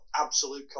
absolute